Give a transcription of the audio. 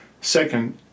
Second